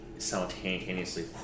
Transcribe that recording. Simultaneously